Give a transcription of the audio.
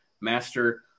master